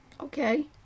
Okay